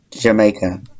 Jamaica